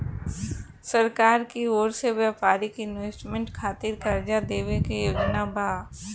सरकार की ओर से व्यापारिक इन्वेस्टमेंट खातिर कार्जा देवे के योजना बा